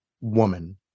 woman